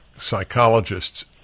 Psychologists